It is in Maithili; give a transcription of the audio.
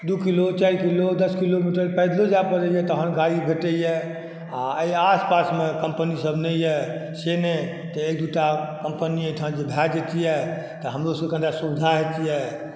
दू किलो चारि किलो दस किलोमीटर पैदलो जाय पड़ैया तहन गाड़ी भेटैया आ एहि आसपासमे कंपनी सब नहि यऽ से नहि तऽ एक दूटा कंपनी एहिठाम जे भए जयतियै तऽ हमरो सब के कनीटा सुविधा होयतियै